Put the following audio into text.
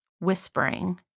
whispering